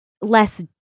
less